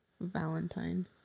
Valentine